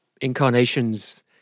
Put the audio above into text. incarnations